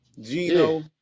Gino